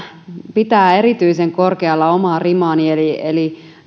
pitää erityisen korkealla omaa rimaani eli eli olen